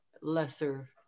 lesser